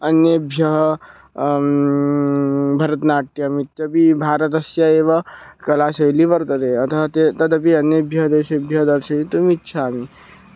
अन्येभ्यः भरतनाट्यम् इत्यपि भारतस्य एव कलाशैली वर्तते अतः ते तदपि अन्येभ्यः देशेभ्यः दर्शयितुम् इच्छामि